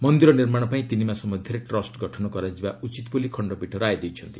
ମନ୍ଦିର ନିର୍ମାଣ ପାଇଁ ତିନି ମାସ ମଧ୍ୟରେ ଟ୍ରଷ୍ଟ ଗଠନ କରାଯିବା ଉଚିତ୍ ବୋଲି ଖଶ୍ତପୀଠ ରାୟ ଦେଇଛନ୍ତି